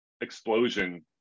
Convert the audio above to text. explosion